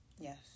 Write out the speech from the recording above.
Yes